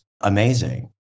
amazing